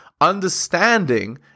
understanding